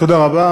תודה רבה.